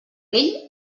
vell